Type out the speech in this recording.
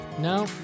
No